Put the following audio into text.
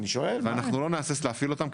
ואנחנו לא נהסס להפעיל אותם,